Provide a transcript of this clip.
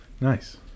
nice